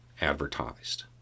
advertised